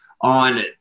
on